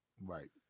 Right